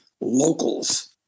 locals